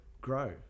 grow